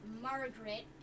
Margaret